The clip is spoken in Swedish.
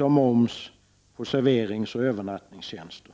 av momsen på serveringsoch övernattningstjänster.